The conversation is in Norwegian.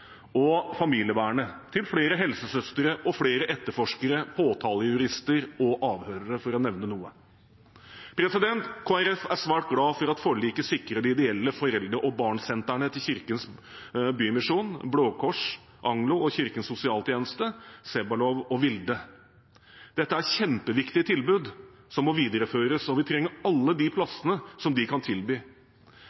og familievernet, til flere helsesøstre og flere etterforskere, påtalejurister og avhørere – for å nevne noe. Kristelig Folkeparti er svært glad for at forliket sikrer de ideelle foreldre-og-barn-sentrene til Kirkens Bymisjon, Blå Kors’ Aglo, Kirkens Sosialtjeneste, Sebbelow og Vilde. Dette er kjempeviktige tilbud som må videreføres, og vi trenger alle plassene de